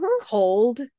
cold